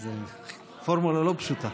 זו פורמולה לא פשוטה.